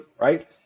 right